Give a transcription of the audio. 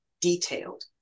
detailed